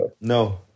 No